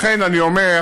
לכן, אני אומר,